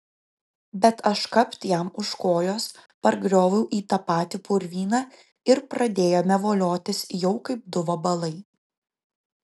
bet aš kapt jam už kojos pargrioviau į tą patį purvyną ir pradėjome voliotis jau kaip du vabalai